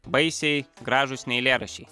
baisiai gražūs neeilėraščiai